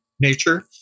nature